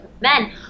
men